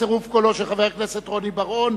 בצירוף קולו של חבר הכנסת רוני בר-און,